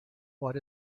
what